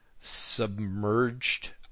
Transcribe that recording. submerged